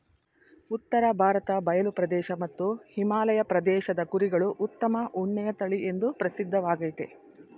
ಉತ್ತರ ಭಾರತ ಬಯಲು ಪ್ರದೇಶ ಮತ್ತು ಹಿಮಾಲಯ ಪ್ರದೇಶದ ಕುರಿಗಳು ಉತ್ತಮ ಉಣ್ಣೆಯ ತಳಿಎಂದೂ ಪ್ರಸಿದ್ಧವಾಗಯ್ತೆ